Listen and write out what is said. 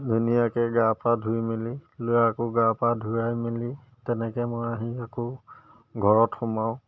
ধুনীয়াকৈ গা পা ধুই মেলি ল'ৰাকো গা পা ধুৱাই মেলি তেনেকৈ মই আহি আকৌ ঘৰত সোমাওঁ